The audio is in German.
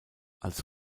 als